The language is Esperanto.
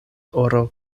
oro